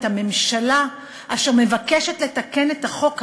הממשלה אשר מבקשת לתקן את החוק הזה,